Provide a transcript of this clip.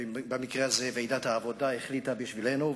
ובמקרה הזה ועידת העבודה החליטה בשבילנו.